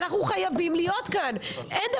אנחנו חייבים להיות כאן, אין דבר כזה.